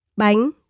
bánh